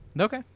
okay